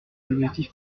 l’objectif